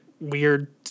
weird